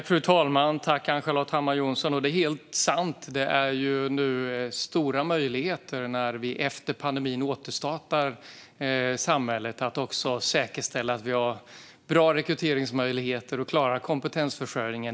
Fru talman! Det är helt sant - det finns stora möjligheter nu när vi återstartar samhället efter pandemin att säkerställa att vi har bra rekryteringsmöjligheter och klarar kompetensförsörjningen.